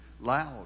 loud